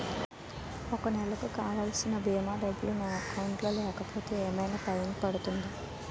ఒక నెలకు కావాల్సిన భీమా డబ్బులు నా అకౌంట్ లో లేకపోతే ఏమైనా ఫైన్ పడుతుందా?